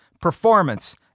performance